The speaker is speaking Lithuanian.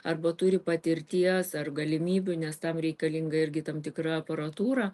arba turi patirties ar galimybių nes tam reikalinga irgi tam tikra aparatūra